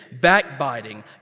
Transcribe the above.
backbiting